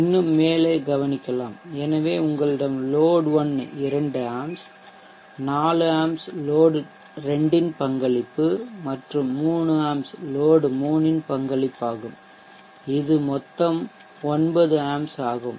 இன்னும் மேலே கவனிக்கலாம் எனவே உங்களிடம் லோட் 1 இரண்டு ஆம்ப்ஸ் 4 ஆம்ப்ஸ் லோட் 2 ன் பங்களிப்பு மற்றும் 3 ஆம்ப்ஸ் லோட் 3 ன் பங்களிப்பாகும் இது மொத்தம் 9 ஆம்ப்ஸ் ஆகும்